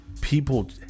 people